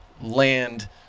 land